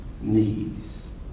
knees